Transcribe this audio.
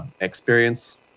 experience